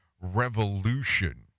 revolution